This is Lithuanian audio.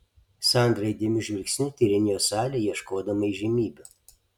sandra įdėmiu žvilgsniu tyrinėjo salę ieškodama įžymybių